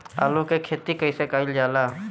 आलू की खेती कइसे कइल जाला?